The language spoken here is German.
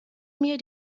mir